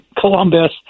Columbus